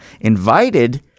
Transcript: invited